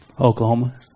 Oklahoma